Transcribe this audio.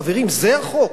חברים, זה החוק.